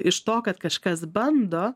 iš to kad kažkas bando